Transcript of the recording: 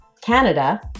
Canada